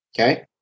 Okay